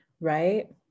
Right